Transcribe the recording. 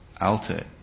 alter